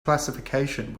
classification